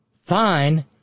fine